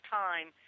time